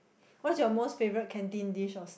what is your most favourite canteen dishes